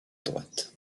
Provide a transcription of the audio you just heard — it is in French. droite